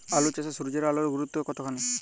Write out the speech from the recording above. আলু চাষে সূর্যের আলোর গুরুত্ব কতখানি?